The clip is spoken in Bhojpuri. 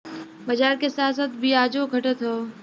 बाजार के साथ साथ बियाजो घटत हौ